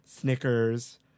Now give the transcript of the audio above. Snickers